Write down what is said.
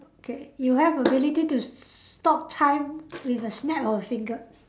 okay you have ability to s~ stop time with a snap of a finger